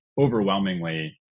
overwhelmingly